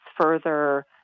further